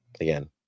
again